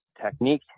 technique